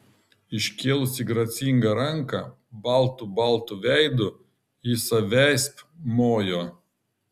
iškėlusi gracingą ranką baltu baltu veidu ji savęsp mojo